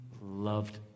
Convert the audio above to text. loved